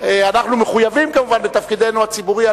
אנחנו מחויבים, כמובן, בתפקידנו הציבורי.